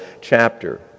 chapter